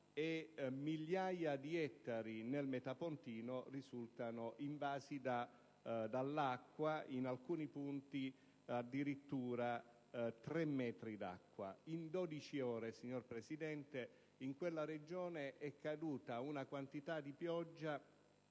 e migliaia di ettari nel Metapontino risultano invasi dall'acqua; in alcuni punti vi sono addirittura tre metri d'acqua. In dodici ore, signora Presidente, in quella Regione è caduta una quantità di pioggia